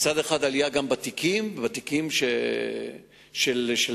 עלייה במספר התיקים של מעצרים,